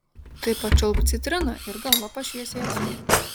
tai pačiulpk citriną ir galva pašviesės